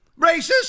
Racist